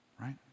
right